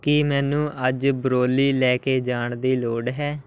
ਕੀ ਮੈਨੂੰ ਅੱਜ ਬਰੋਲੀ ਲੈ ਕੇ ਜਾਣ ਦੀ ਲੋੜ ਹੈ